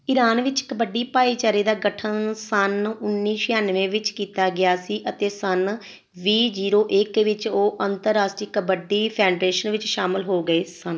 Iran ਵਿੱਚ ਕਬੱਡੀ ਭਾਈਚਾਰੇ ਦਾ ਗਠਨ ਸੰਨ ਉੱਨੀ ਛਿਆਨਵੇਂ ਵਿੱਚ ਕੀਤਾ ਗਿਆ ਸੀ ਅਤੇ ਸੰਨ ਵੀਹ ਜ਼ੀਰੋ ਇੱਕ ਵਿੱਚ ਉਹ ਅੰਤਰਰਾਸ਼ਟਰੀ ਕਬੱਡੀ ਫੈਡਰੇਸ਼ਨ ਵਿੱਚ ਸ਼ਾਮਲ ਹੋ ਗਏ ਸਨ